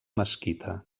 mesquita